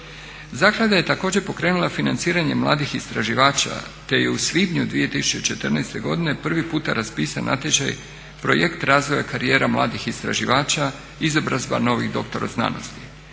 Zaklada je također pokrenula financiranje mladih istraživača te je u svibnju 2014. godine privi puta raspisan natječaj "Projekt razvoja karijera mladih istraživača, izobrazba novih doktora znanosti".